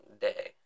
day